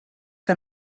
que